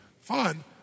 fun